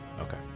okay